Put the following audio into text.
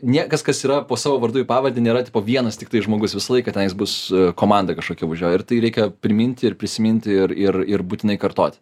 nie kas kas yra po savo vardu ir pavarde nėra tipo vienas tiktai žmogus visą laiką tenais bus komanda kažkokio už jo ir tai reikia priminti ir prisiminti ir ir ir būtinai kartoti